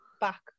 back